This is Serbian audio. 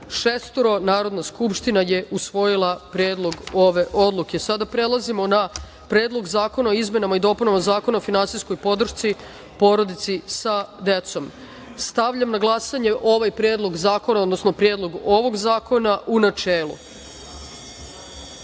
poslanika. Narodna skupština je usvojila Predlog odluke. Sada prelazimo na Predlog zakona o izmenama i dopunama Zakona o finansijskoj podršci porodici sa decom. Stavljam na glasanje ovaj predlog zakona, odnosno predlog ovog zakona u